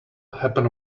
happen